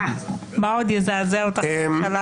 לכן